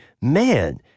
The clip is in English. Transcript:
man